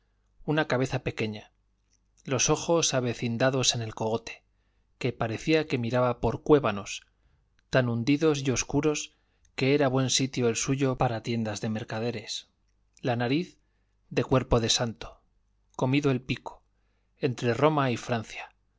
una cabeza pequeña los ojos avecindados en el cogote que parecía que miraba por cuévanos tan hundidos y oscuros que era buen sitio el suyo para tiendas de mercaderes la nariz de cuerpo de santo comido el pico entre roma y francia